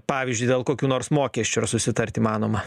pavyzdžiu dėl kokių nors mokesčių ar susitart įmanoma